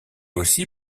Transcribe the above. aussi